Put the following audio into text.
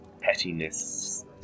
pettiness